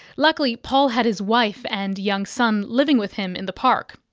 luckily paul had his wife and young son living with him in the park,